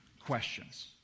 questions